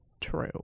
true